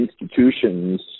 Institutions